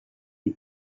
you